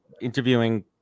interviewing